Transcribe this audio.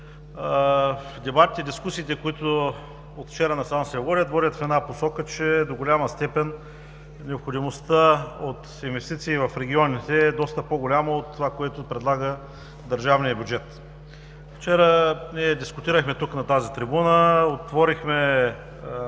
се. Дискусиите, които от вчера насам се водят, водят в една посока, че до голяма степен необходимостта от инвестиции в регионите е доста по-голяма от това, което предлага държавният бюджет. Вчера дискутирахте тук на тази трибуна, отворихме